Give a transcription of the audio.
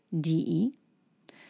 D-E